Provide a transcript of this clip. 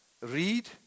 read